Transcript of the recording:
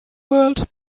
world